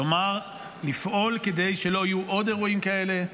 כלומר לפעול כדי שלא יהיו עוד אירועים כאלה,